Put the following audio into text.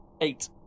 eight